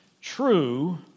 true